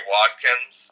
Watkins